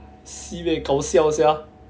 sibeh 搞笑 sia